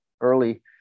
early